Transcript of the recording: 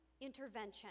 intervention